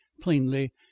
plainly